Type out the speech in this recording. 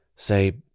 Say